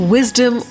Wisdom